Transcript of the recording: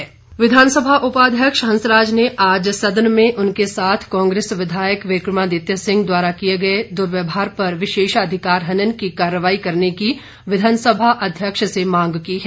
हंसराज विधानसभा उपाध्यक्ष हंसराज ने आज सदन में उनके साथ कांग्रेस विधायक विक्रमादित्य सिंह द्वारा किए गए दुर्व्यवहार पर विशेषाधिकार हनन की कार्रवाई करने की विधानसभा अध्यक्ष से मांग की है